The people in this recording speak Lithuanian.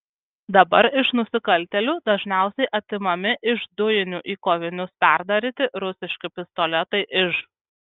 dabar iš nusikaltėlių dažniausiai atimami iš dujinių į kovinius perdaryti rusiški pistoletai iž